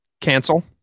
Cancel